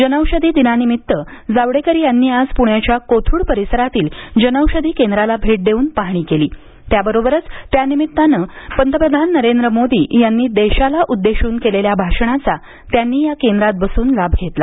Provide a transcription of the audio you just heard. जनौषधी दिनानिमित्त जावडेकर यांनी आज पृण्याच्या कोथरूड परिसरातील जनौषधी केंद्राला भेट देऊन पाहणी केली त्याचबरोबर यानिमित्तानं पंतप्रधान नरेंद्र मोदी यांनी देशाला उद्देश्रन केलेल्या भाषणाचा त्यांनी या केंद्रात बसून लाभ घेतला